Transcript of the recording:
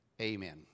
amen